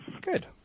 Good